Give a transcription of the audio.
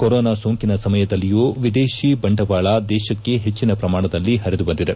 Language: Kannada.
ಕೋರೋನಾ ಸೋಂಕಿನ ಸಮಯದಲ್ಲಿಯೂ ವಿದೇಶಿ ಬಂಡವಾಳ ದೇಶಕ್ಕೆ ಹೆಚ್ಚಿನ ಪ್ರಮಾಣದಲ್ಲಿ ಪರಿದು ಬಂದಿದೆ